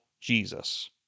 Jesus